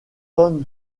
tham